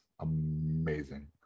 amazing